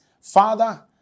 Father